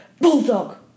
Bulldog